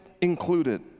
included